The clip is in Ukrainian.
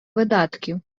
видатків